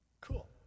Cool